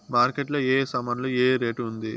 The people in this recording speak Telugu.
మార్కెట్ లో ఏ ఏ సామాన్లు ఏ ఏ రేటు ఉంది?